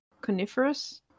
coniferous